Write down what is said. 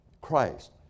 Christ